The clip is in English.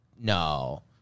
No